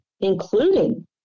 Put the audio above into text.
including